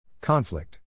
Conflict